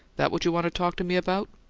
that what you want to talk to me about?